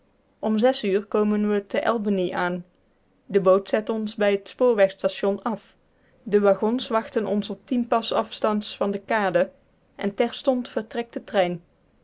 om zes uur komen we te albany aan de boot zet ons bij het spoorwegstation af de wagons wachten ons op tien pas afstands van de kade en terstond vertrekt de trein